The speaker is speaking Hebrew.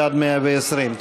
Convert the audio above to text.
ועד מאה-ועשרים.